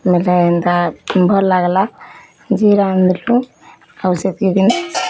ବୋଲେ ଏନ୍ତା ଭଲ୍ ଲାଗିଲା ଯେ ରାନ୍ଧିବ ଆଉ ସେତିକି